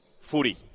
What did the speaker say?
footy